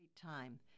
Time